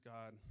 God